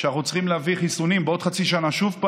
שאנחנו צריכים להביא חיסונים בעוד חצי שנה שוב,